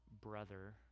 brother